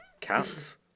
Cats